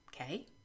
Okay